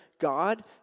God